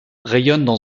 rayonnent